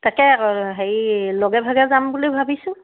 তাকে হেৰি লগে ভাগে যাম বুলি ভাবিছোঁ